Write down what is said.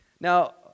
Now